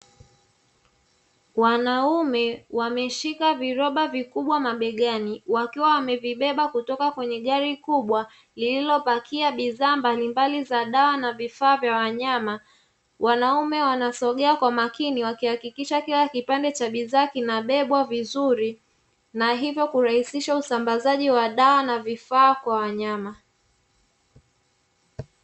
Wanaume wameshika viroba vikubwa mabegani, wakiwa wamevibeba kutoka kwenye gari kubwa lililopakia bidhaa mbalimbali za dawa na vifaa vya wanyama, wanaume wanasogea kwa makini wakihakikisha kila kipande cha bidhaa kinabebwa vizuri, na hivyo kurahisha usambazaji wa dawa na vifaa kwa wanyama.